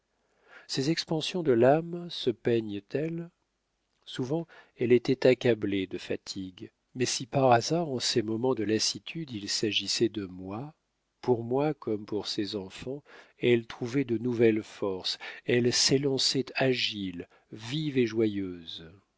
ces expansions de l'âme se peignent elles souvent elle était accablée de fatigue mais si par hasard en ces moments de lassitude il s'agissait de moi pour moi comme pour ses enfants elle trouvait de nouvelles forces elle s'élançait agile vive et joyeuse